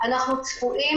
אנחנו צפויים,